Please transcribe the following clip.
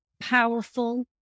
powerful